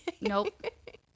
Nope